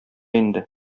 инде